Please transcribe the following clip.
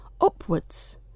Upwards